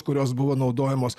kurios buvo naudojamos